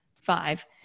five